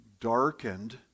darkened